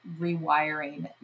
rewiring